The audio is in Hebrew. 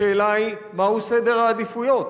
השאלה היא: מהו סדר העדיפויות?